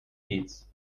heats